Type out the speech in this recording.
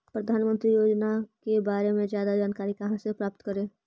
प्रधानमंत्री योजना के बारे में जादा जानकारी कहा से प्राप्त करे?